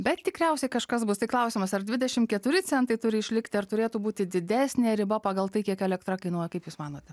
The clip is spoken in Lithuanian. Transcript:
bet tikriausiai kažkas bus tai klausimas ar dvidešim keturi centai turi išlikti ar turėtų būti didesnė riba pagal tai kiek elektra kainuoja kaip jūs manote